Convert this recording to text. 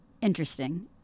interesting